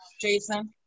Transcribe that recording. Jason